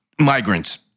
migrants